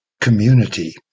community